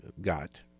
got